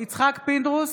פינדרוס,